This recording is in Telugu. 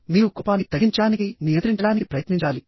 మీరు కోపాన్ని తగ్గించడానికి నియంత్రించడానికి ప్రయత్నించాలి